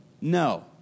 No